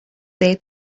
they